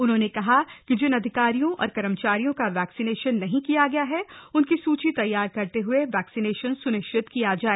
उन्होंने कहा कि जिन अधिकारियों और कर्मचारियों का वैक्सीनेशन नहीं किया गया है उनकी सूची तैयार करते हुए वैक्सीनेशन स्निश्चित किया जाय